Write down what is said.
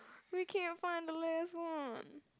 we can't find the last one